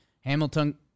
Hamilton